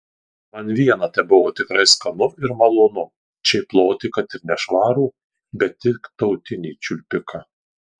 man viena tebuvo tikrai skanu ir malonu čėploti kad ir nešvarų bet tik tautinį čiulpiką